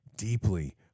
deeply